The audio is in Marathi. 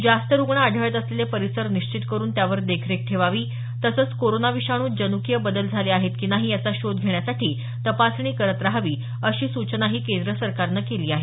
जास्त रुग्ण आढळत असलेले परिसर निश्चित करून त्यावर देखरेख ठेवावी तसंच कोरोना विषाणूत जन्कीय बदल झाले आहेत की नाही याचा शोध घेण्यासाठी तपासणी करत रहावी अशा सूचनाही केंद्र सरकारनं केली आहेत